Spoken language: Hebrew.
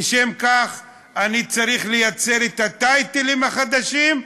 ולשם כך אני צריך לייצר את ה"טייטלים" החדשים,